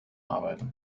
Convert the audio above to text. arbeiten